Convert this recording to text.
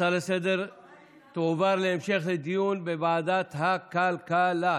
ההצעה לסדר-היום תועבר להמשך דיון בוועדת הכלכלה,